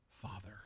Father